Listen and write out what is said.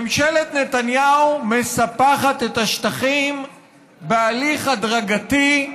ממשלת נתניהו מספחת את השטחים בהליך הדרגתי,